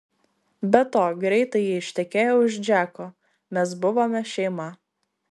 be to greitai ji ištekėjo už džeko mes buvome šeima